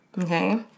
okay